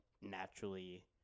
naturally